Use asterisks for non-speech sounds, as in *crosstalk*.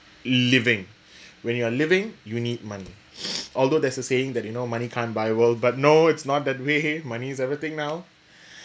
living when you're living you need money *breath* although there's a saying that you know money can't buy work but no it's not that way money is everything now